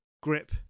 grip